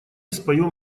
споем